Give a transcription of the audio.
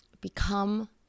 become